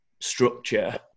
structure